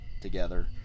together